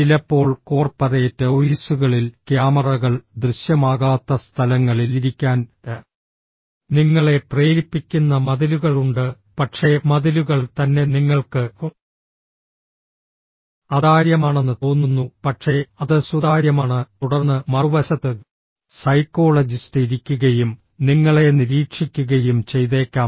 ചിലപ്പോൾ കോർപ്പറേറ്റ് ഓഫീസുകളിൽ ക്യാമറകൾ ദൃശ്യമാകാത്ത സ്ഥലങ്ങളിൽ ഇരിക്കാൻ നിങ്ങളെ പ്രേരിപ്പിക്കുന്ന മതിലുകളുണ്ട് പക്ഷേ മതിലുകൾ തന്നെ നിങ്ങൾക്ക് അതാര്യമാണെന്ന് തോന്നുന്നു പക്ഷേ അത് സുതാര്യമാണ് തുടർന്ന് മറുവശത്ത് സൈക്കോളജിസ്റ്റ് ഇരിക്കുകയും നിങ്ങളെ നിരീക്ഷിക്കുകയും ചെയ്തേക്കാം